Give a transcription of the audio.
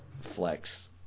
Flex